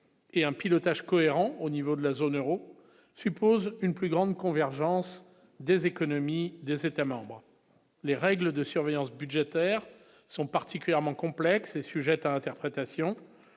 et un pilotage cohérent au niveau de la zone Euro suppose une plus grande convergence des économies des États-membres, les règles de surveillance budgétaire sont particulièrement complexe et sujette à interprétation,